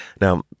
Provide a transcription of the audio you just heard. Now